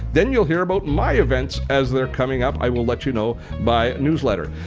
then you'll hear about my events. as they're coming up, i will let you know by newsletter.